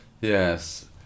yes